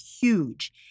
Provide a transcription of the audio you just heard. huge